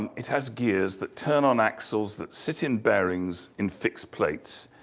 um it has gears that turn on axles that sit in bearings in fixed plates.